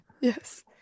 Yes